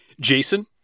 Jason